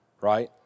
right